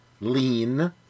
lean